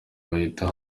bayita